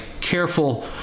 careful